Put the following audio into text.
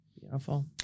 Beautiful